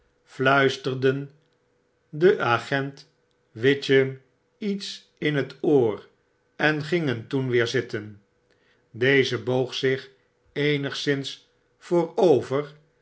fluisterden den agent witchem iets in het oor en gingen toen weer zitten deze boog zich eenigszins voorover